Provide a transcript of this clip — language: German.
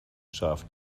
schaf